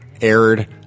aired